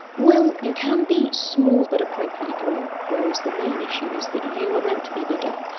well, you can be small but appropriately grown, whereas the main issue is that you were meant to be bigger,